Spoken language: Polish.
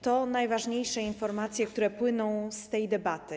To najważniejsze informacje, które płyną z tej debaty.